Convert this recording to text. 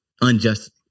unjust